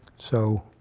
so